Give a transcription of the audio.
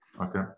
Okay